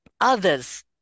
others